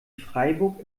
freiburg